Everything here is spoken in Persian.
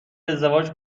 ازدواج